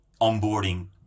onboarding